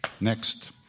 Next